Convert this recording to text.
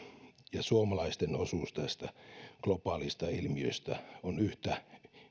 ja suomalaisten osuus tästä globaalista ilmiöstä on yhtä